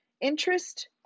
interest